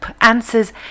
answers